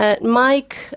Mike